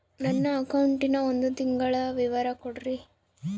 ನನ್ನ ಅಕೌಂಟಿನ ಒಂದು ತಿಂಗಳದ ವಿವರ ಕೊಡ್ರಿ?